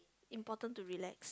important to relax